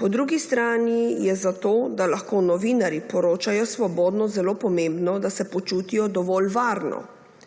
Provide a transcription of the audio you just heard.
Po drugi strani je zato, da lahko novinarji poročajo svobodno, zelo pomembno, da se počutijo dovolj varno,